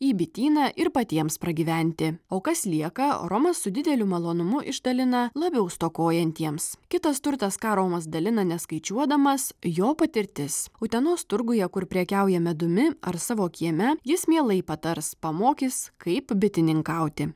į bityną ir patiems pragyventi o kas lieka romas su dideliu malonumu išdalina labiau stokojantiems kitas turtas ką romas dalina neskaičiuodamas jo patirtis utenos turguje kur prekiauja medumi ar savo kieme jis mielai patars pamokys kaip bitininkauti